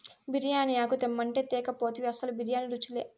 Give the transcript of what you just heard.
బిర్యానీ ఆకు తెమ్మంటే తేక పోతివి అసలు బిర్యానీ రుచిలే